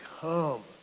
come